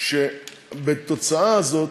בתוצאה הזאת,